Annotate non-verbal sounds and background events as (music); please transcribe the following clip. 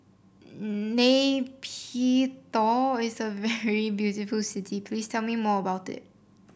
(hesitation) Nay Pyi Taw is a very beautiful city please tell me more about it